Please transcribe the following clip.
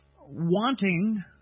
wanting